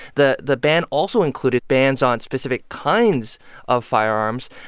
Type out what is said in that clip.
the the ban also included bans on specific kinds of firearms.